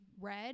red